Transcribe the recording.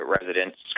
residents